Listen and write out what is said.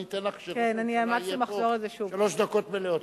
אני אתן לך כשראש הממשלה יהיה פה שלוש דקות מלאות.